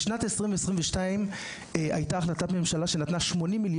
בשנת 2022 הייתה החלטת ממשלה שנתנה 80,000,000